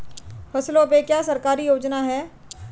फसलों पे क्या सरकारी योजना है?